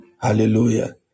Hallelujah